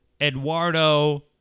Eduardo